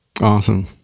Awesome